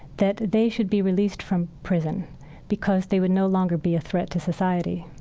that they should be released from prison because they would no longer be a threat to society.